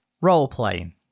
Role-playing